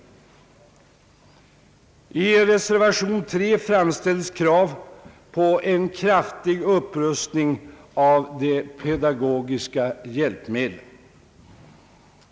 I reservation 3 framställs krav på en kraftig upprustning av de pedagogiska hjälpmedlen.